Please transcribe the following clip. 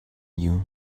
you